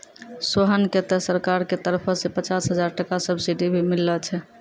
सोहन कॅ त सरकार के तरफो सॅ पचास हजार टका सब्सिडी भी मिललो छै